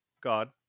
god